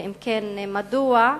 2. אם כן, מדוע?